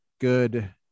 good